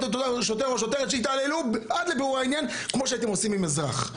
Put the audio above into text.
שוטר או שוטרת שהתעללו עד לבירור העניין כמו שאתם עושים עם אזרח.